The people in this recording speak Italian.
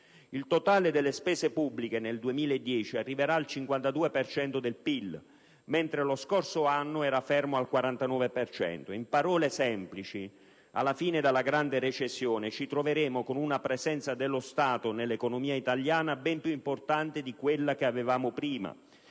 il totale delle spese pubbliche nel 2010 arriverà al 52 per cento del PIL, mentre lo scorso anno era fermo al 49 per cento. In parole semplici, alla fine della grande recessione ci troveremo con una presenza dello Stato nell'economia italiana ben più importante di quella che avevamo prima.